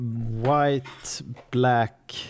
white-black